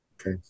Okay